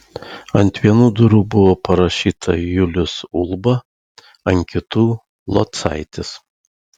ant vienų durų buvo parašyta julius ulba ant kitų locaitis